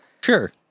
Sure